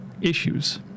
issues